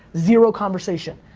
zero conversation.